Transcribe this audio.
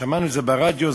שמענו את זה ברדיו,